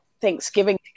Thanksgiving